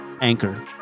Anchor